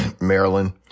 Maryland